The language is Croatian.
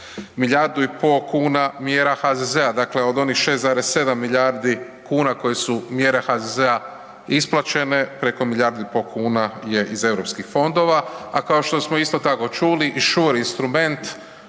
Milijardu i pol kuna mjera HZZ-a, dakle od onih 6,7 milijardi kuna koje su mjere HZZ-a isplaćene, preko milijardu i pol kuna je iz europskih fondova a kao što smo isto tako čuli i SURE instrument